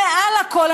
מעל הכול,